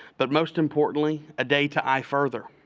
but most importantly a day to eye further,